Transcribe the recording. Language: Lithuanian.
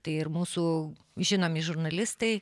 tai ir mūsų žinomi žurnalistai